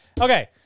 Okay